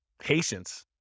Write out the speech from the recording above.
Patience